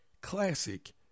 Classic